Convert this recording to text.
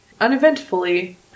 uneventfully